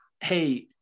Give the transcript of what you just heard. hey